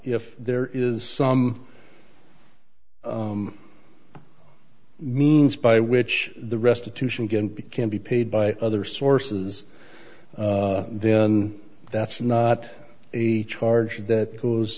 if there is some means by which the restitution can be paid by other sources then that's not a charge that goes